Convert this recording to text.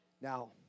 Now